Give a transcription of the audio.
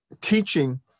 teaching